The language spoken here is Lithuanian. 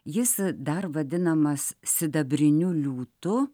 jis dar vadinamas sidabriniu liūtu